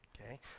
okay